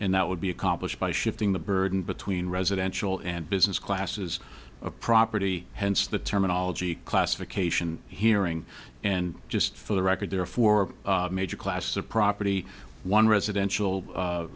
and that would be accomplished by shifting the burden between residential and business classes of property hence the terminology classification hearing and just for the record there are four major classes of property one residential